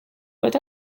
peut